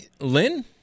Lynn